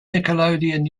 nickelodeon